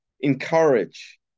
encourage